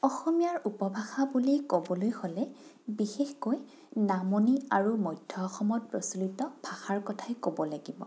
অসমীয়াৰ উপভাষা বুলি ক'বলৈ হ'লে বিশেষকৈ নামনি আৰু মধ্য অসমত প্ৰচলিত ভাষাৰ কথাই ক'ব লাগিব